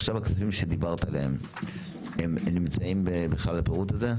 עכשיו הכספים שדיברת עליהם הם נמצאים בכלל הפירוט הזה?